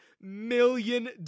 million